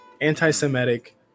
anti-Semitic